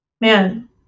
man